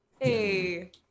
Hey